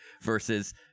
versus